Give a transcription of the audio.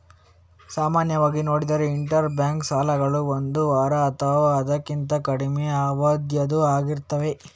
ಸಾಮಾನ್ಯವಾಗಿ ನೋಡಿದ್ರೆ interbank ಸಾಲಗಳು ಒಂದು ವಾರ ಅಥವಾ ಅದಕ್ಕಿಂತ ಕಡಿಮೆ ಅವಧಿಯದ್ದು ಆಗಿರ್ತವೆ